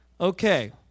okay